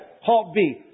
HALT-B